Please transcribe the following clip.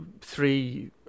three